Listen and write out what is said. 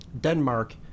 Denmark